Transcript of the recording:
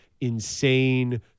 insane